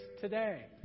today